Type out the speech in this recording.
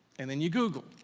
and then you google,